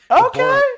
Okay